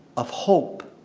of hope,